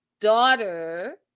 daughter